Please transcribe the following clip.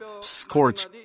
scorch